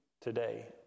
today